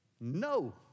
No